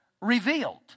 revealed